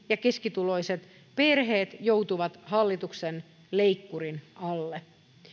ja keskituloiset perheet joutuvat hallituksen leikkurin alle